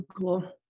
Cool